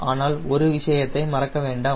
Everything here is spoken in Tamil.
ஆனால் ஒரு விஷயத்தை மறக்க வேண்டாம்